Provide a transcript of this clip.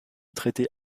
traités